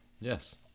Yes